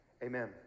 Amen